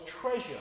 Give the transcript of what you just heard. treasure